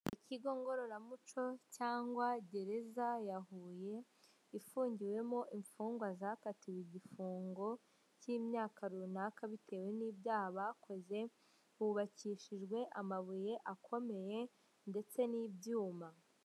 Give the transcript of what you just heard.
Ikigo ngororamuco cyangwa gereza ya Huye ifungiwemo imfungwa zakatiwe igifungo k'imyaka runaka bitewe n'ibyaha bakoze. Hubakishijwe amabuye akomeye ndetse n'ibyuma.